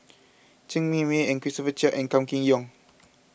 Chen Cheng Mei and Christopher Chia and Kam Kee Yong